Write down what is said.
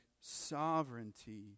sovereignty